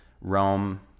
Rome